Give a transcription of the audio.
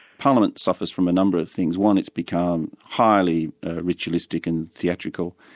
parliament suffers from a number of things, one it's become highly ritualistic and theatrical,